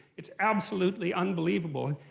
it's absolutely unbelievable.